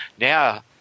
Now